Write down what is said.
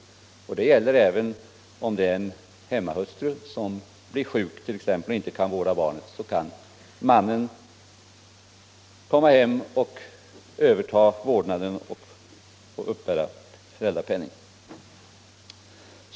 Det gäller även om den ordinarie vårdaren är en hemmahustru och hon blir sjuk och inte kan vårda barnet. Då kan mannen komma hem, överta vårdnaden och uppbära föräldrapenning.